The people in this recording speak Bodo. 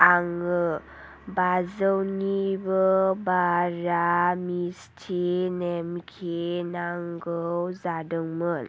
आङो बाजौनिबो बारा मिस्टि नेमकि नांगौ जादोंमोन